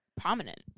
Prominent